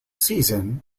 season